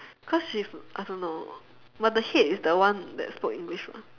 cause she's I don't know but the head is the one that spoke english mah